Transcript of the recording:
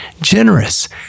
generous